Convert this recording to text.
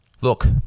Look